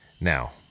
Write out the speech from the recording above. now